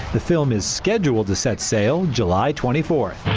the film is scheduled to set sail july twenty fourth.